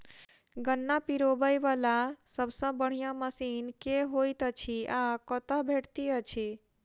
गन्ना पिरोबै वला सबसँ बढ़िया मशीन केँ होइत अछि आ कतह भेटति अछि?